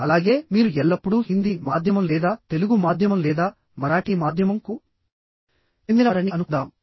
అలాగే మీరు ఎల్లప్పుడూ హిందీ మాధ్యమం లేదా తెలుగు మాధ్యమం లేదా మరాఠీ మాధ్యమం కు చెందినవారని అనుకుందాం